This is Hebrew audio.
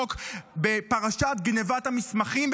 בפרשת גנבת המסמכים,